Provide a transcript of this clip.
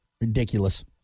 Ridiculous